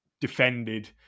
defended